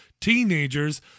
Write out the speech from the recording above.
Teenagers